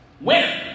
winner